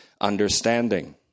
understanding